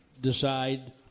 decide